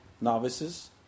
novices